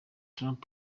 trump